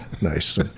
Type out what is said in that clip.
nice